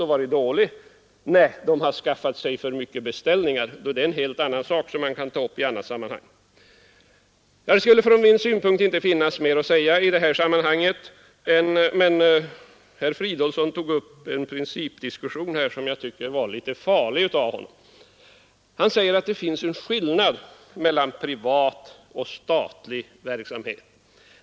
Nej, nota bene, förlaget har skaffat sig för mycket beställningar, och det är en helt annan sak, som man kan ta upp i annat sammanhang. Det skulle från min synpunkt inte finnas mer att säga på den här punkten, men herr Fridolfsson i Stockholm tog upp en principdiskussion, och det tycker jag var litet farligt för honom. Han påstår att det finns en skillnad mellan privat och statlig verksamhet.